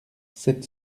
sept